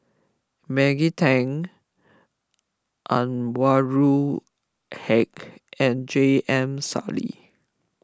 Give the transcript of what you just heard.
Maggie Teng Anwarul Haque and J M Sali